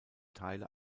teile